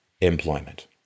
employment